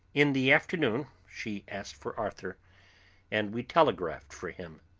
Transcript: in the afternoon she asked for arthur and we telegraphed for him.